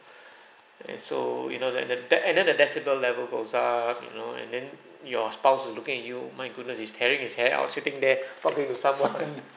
and so you know that the the and then the decibel level goes up you know and then your spouse is looking at you my goodness he's tearing his hair out sitting there talk with with someone